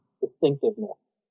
distinctiveness